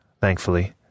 thankfully